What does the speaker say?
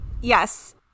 yes